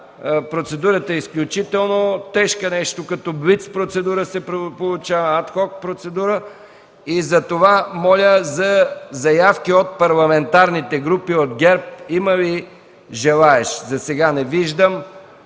Процедурата е изключително тежка, нещо като блиц процедура, ад хок процедура и затова моля за заявки от парламентарните групи. От ГЕРБ има ли желаещи? Засега не виждам.